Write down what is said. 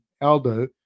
Aldo